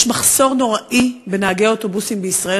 יש מחסור נוראי בנהגי אוטובוסים בישראל,